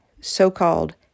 so-called